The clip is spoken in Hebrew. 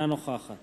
אינה נוכחת